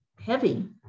heavy